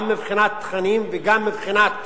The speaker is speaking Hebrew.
גם מבחינת תכנים וגם מבחינת